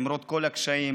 למרות כל הקשיים,